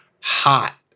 hot